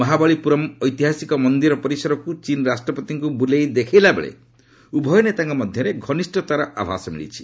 ମହାବଳୀପ୍ରରମ୍ ଐତିହାସିକ ମନ୍ଦିର ପରିସରକୁ ଚୀନ୍ ରାଷ୍ଟ୍ରପତିଙ୍କୁ ବୁଲେଇ ଦେଖାଇଲା ବେଳେ ଉଭୟ ନେତାଙ୍କ ମଧ୍ୟରେ ଘନିଷ୍ଠତାର ଆଭାସ ମିଳିଛି